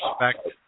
respect